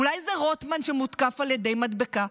אולי זה רוטמן, שמותקף על ידי מדבקה?